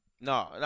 No